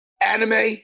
anime